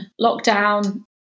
lockdown